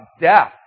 death